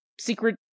secret